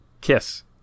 Kiss